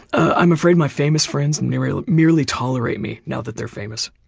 i'm afraid my famous friends and merely merely tolerate me now that they're famous.